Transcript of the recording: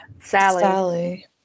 Sally